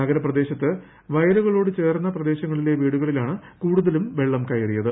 നഗരപ്രദേശത്ത് വയലുകളോട് ചേർന്ന പ്രദേശങ്ങളിലെ വീടുകളിലാണ് കൂടുതലും വെള്ളം കയറിയത്